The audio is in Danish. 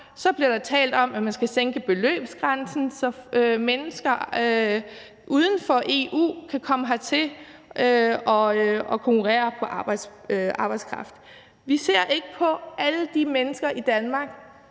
bliver der talt om, at man skal sænke beløbsgrænsen, så mennesker uden for EU kan komme hertil og konkurrere på arbejdskraft. Vi ser ikke på alle de mennesker i Danmark,